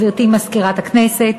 גברתי מזכירת הכנסת,